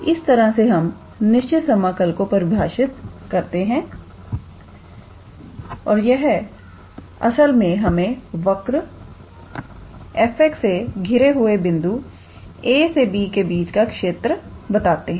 इस तरह से हम निश्चित समाकल को परिभाषित करते हैं और यह असल मे हमें वक्र 𝑓𝑥 से घिरे हुए बिंदु a से b के बीच का क्षेत्र बताते हैं